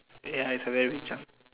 ya it's a very big chance